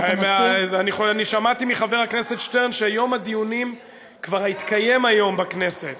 אני שמעתי מחבר הכנסת שטרן שיום הדיונים כבר התקיים היום בכנסת.